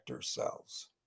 cells